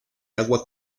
agua